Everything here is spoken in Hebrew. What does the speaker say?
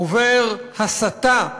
עובר הסתה,